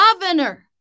governor